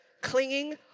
clinging